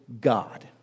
God